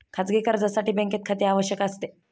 खाजगी कर्जासाठी बँकेत खाते आवश्यक असते